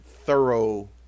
thorough